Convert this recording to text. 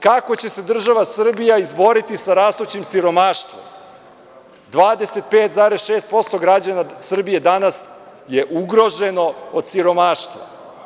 Kako će se država Srbija izboriti sa rastućim siromaštvom, 25,6% građana Srbije danas je ugroženo od siromaštva.